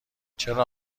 چرا